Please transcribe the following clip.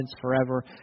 forever